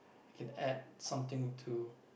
I can add something to